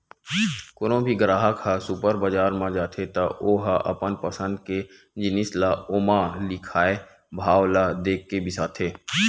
कोनो भी गराहक ह सुपर बजार म जाथे त ओ ह अपन पसंद के जिनिस ल ओमा लिखाए भाव ल देखके बिसाथे